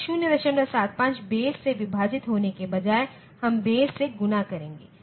यह 075 बेस से विभाजित होने के बजाय हम बेस से गुणा करेंगे